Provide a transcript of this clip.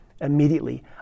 immediately